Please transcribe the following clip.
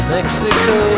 Mexico